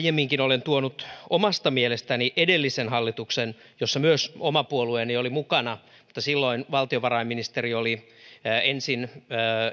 aiemminkin olen omasta mielestäni tuonut esille edellisen hallituksen jossa myös oma puolueeni oli mukana mutta silloin valtiovarainministeri oli ensin